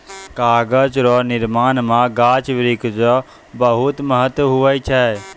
कागज रो निर्माण मे गाछ वृक्ष रो महत्ब हुवै छै